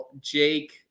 Jake